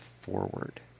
forward